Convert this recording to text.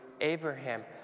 Abraham